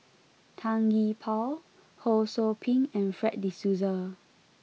Tan Gee Paw Ho Sou Ping and Fred de Souza